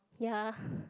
ya